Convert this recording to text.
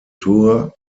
tour